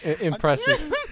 Impressive